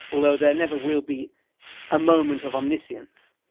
although there never will be a moment of omniscience,